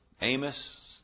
Amos